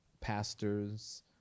pastors –